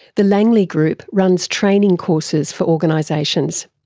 the langley group runs training courses for organisations.